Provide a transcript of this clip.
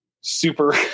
super